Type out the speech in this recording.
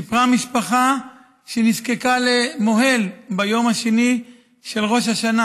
סיפרה משפחה שנזקקה למוהל ביום השני לראש השנה